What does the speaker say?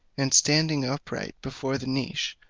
and standing upright before the niche,